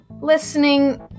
listening